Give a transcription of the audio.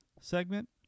segment